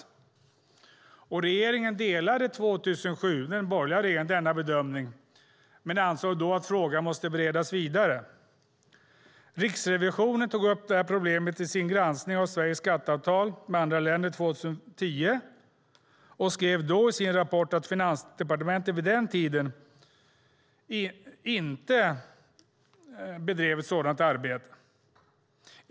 Den borgerliga regeringen delade denna bedömning år 2007, men ansåg då att frågan måste beredas vidare. Riksrevisionen tog upp det här problemet i sin granskning av Sveriges skatteavtal med andra länder 2010 och skrev i sin rapport att Finansdepartementet vid den tiden inte bedrev ett sådant arbete.